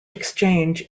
exchange